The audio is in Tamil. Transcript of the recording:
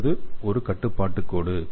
அடுத்தது ஒரு கட்டுப்பாட்டுக் கோடு